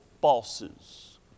bosses